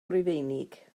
rufeinig